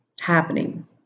happening